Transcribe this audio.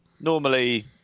normally